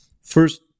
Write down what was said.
First